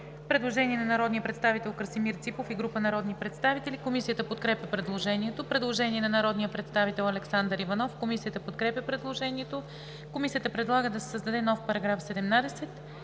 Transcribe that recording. Предложение на народния представител Красимир Ципов и група народни представители. Комисията подкрепя предложението. Предложение на народния представител Александър Иванов. Комисията подкрепя предложението. Комисията предлага да се създаде нов § 17: „§ 17.